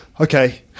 Okay